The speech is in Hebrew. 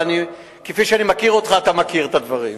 אבל כפי שאני מכיר אותך אתה מכיר את הדברים,